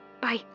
Bye